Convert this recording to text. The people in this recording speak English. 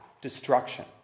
destruction